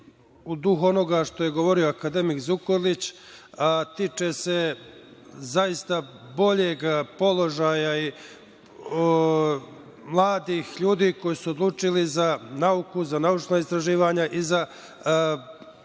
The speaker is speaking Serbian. duhu onoga što je govorio akademik Zukorlić, a tiče se zaista boljeg položaja mladih ljudi koji su se odlučili za nauku, za naučna istraživanja i za podsticaj